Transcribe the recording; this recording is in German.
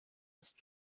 ist